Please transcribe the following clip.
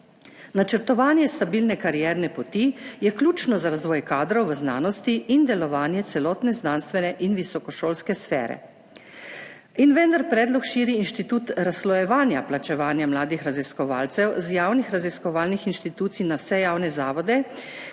Načrtovanje stabilne karierne poti je ključno za razvoj kadrov v znanosti in delovanje celotne znanstvene in visokošolske sfere.« In vendar predlog širi institut razslojevanja plačevanja mladih raziskovalcev z javnih raziskovalnih institucij na vse javne zavode,